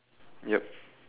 yup